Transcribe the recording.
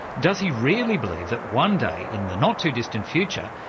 does he really believe that one day in the not too distant future,